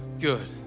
good